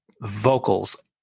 vocals